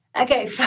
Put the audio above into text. Okay